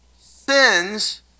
sins